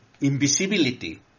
invisibility